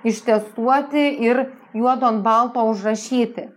ištestuoti ir juodu ant balto užrašyti